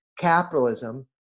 capitalism